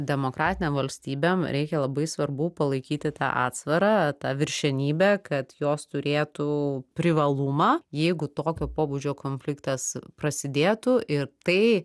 demokratinėm valstybėm reikia labai svarbu palaikyti tą atsvarą tą viršenybę kad jos turėtų privalumą jeigu tokio pobūdžio konfliktas prasidėtų ir tai